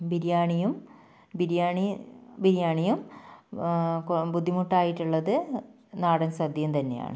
ബിരിയാണിയും ബിരിയാണി ബിരിയാണിയും ബുദ്ധിമുട്ടായിട്ടുള്ളത് നാടൻ സദ്യയും തന്നെയാണ്